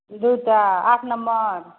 दुइ टा आठ नम्बर